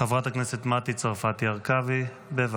חבר הכנסת רון כץ, בבקשה.